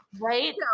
Right